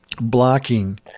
blocking